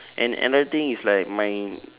and another thing is like my